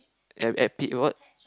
at at Pete work